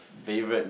favourite